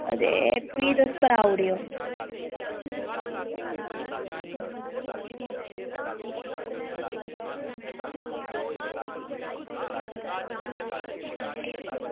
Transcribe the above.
अते फ्ही तुस कराई ओड़ेओ